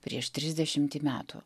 prieš trisdešimtį metų